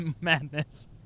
madness